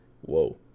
whoa